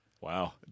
Wow